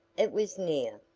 it was near.